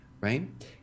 right